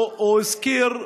הוא הזכיר,